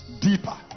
deeper